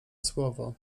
słowo